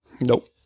Nope